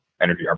energy